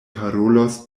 parolos